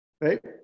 right